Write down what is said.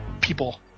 people